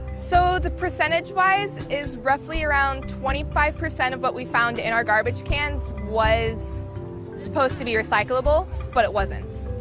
so, the percentage-wise, is roughly around twenty five percent of what we found in our garbage cans was supposed to be recyclable, but it wasn't.